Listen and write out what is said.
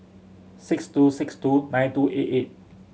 six two six two nine two eight eight